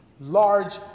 large